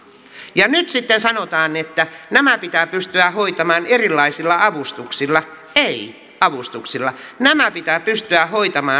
ja nyt sitten sanotaan että nämä pitää pystyä hoitamaan erilaisilla avustuksilla ei avustuksilla vaan nämä pitää pystyä hoitamaan